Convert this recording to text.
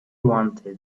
wanted